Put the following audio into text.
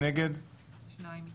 הישיבה